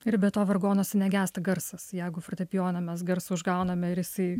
ir be to vargonuose negęsta garsas jeigu fortepijoną mes garsą užgauname ir jisai